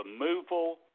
removal